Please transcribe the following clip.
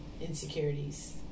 insecurities